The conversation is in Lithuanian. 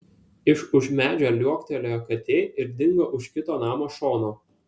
iš už medžio liuoktelėjo katė ir dingo už kito namo šono